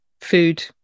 food